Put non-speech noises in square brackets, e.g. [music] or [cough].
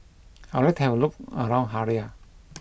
[noise] I would to have a look around Harare